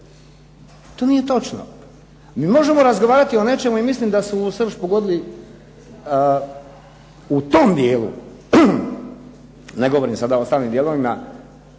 to nije točno. Mi možemo razgovarati o nečemu i mislim da su u srž pogodili u tom dijelu, ne govorim sada o ostalim dijelovima,